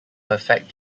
perfect